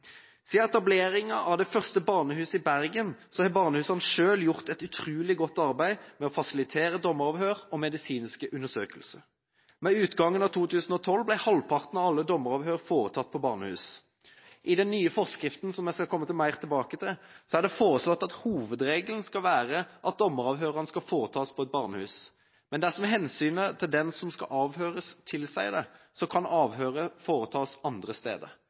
Siden etableringa av det første barnehuset i Bergen har barnehusene selv gjort et utrolig godt arbeid med å fasilitere dommeravhør og medisinske undersøkelser. Ved utgangen av 2012 ble halvparten av alle dommeravhør foretatt på barnehus. I den nye forskriften, som jeg skal komme mer tilbake til, er det foreslått at hovedregelen skal være at dommeravhørene skal foretas på et barnehus, men dersom hensynet til den som skal avhøres, tilsier det, kan avhøret foretas andre steder.